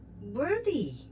worthy